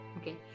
Okay